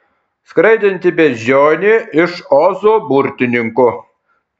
skraidanti beždžionė iš ozo burtininko